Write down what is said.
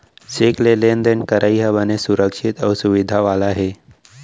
cheque ले लेन देन करई ह बने सुरक्छित अउ सुबिधा वाला हे